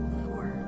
four